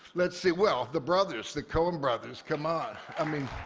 let's see well, the brothers, the coen brothers. come on. i mean,